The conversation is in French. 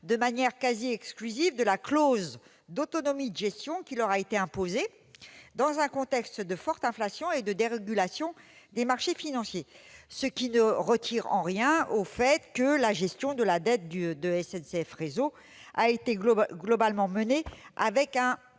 de manière quasi exclusive, de la clause d'autonomie de gestion qui leur a été imposée, dans un contexte de forte inflation et de dérégulation des marchés financiers, ce qui ne retire rien au fait que la gestion de la dette de SNCF Réseau a été globalement menée avec un